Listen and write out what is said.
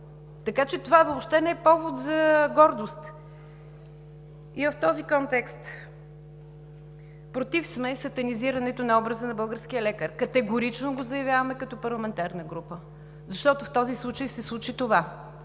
Така че това въобще не е повод за гордост. И в този контекст – против сме сатанизирането на образа на българския лекар. Категорично го заявяваме като парламентарна група, защото в този случай се случи това.